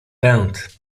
pęd